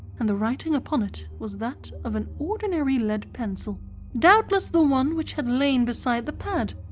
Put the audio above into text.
and the writing upon it was that of an ordinary lead pencil doubtless the one which had lain beside the pad.